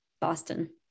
Boston